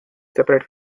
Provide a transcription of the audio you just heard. separate